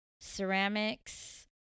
ceramics